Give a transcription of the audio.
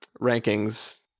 rankings